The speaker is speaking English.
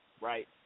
right